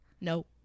no